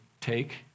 take